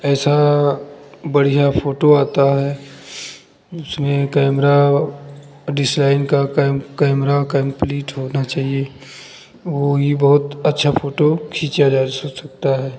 ऐसा बढ़िया फ़ोटो आता है उसमें कैमरा ओ डिसलाइन का कैम कैमरा कम्प्लीट होना चाहिए ओ ई बहुत अच्छा फ़ोटो खींचा जा सकता है